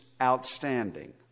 outstanding